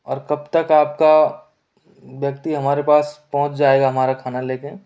और कब तक आपका व्यक्ति हमारे पास पहुँच जाएगा हमारा खाना लेकर